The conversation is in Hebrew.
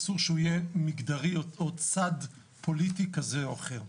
אסור שהוא יהיה מגדרי או של צד פוליטי כזה או אחר.